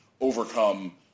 overcome